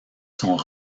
sont